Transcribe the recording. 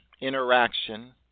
interaction